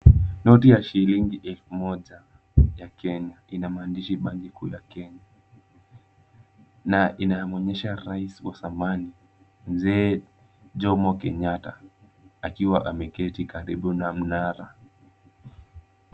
Noti ya shilingi elfu moja ya Kenya ina maandishi banki kuu ya Kenya na inamwonyesha rais wa zamani Mzee Jomo Kenyatta akiwa ameketi karibu na mnara.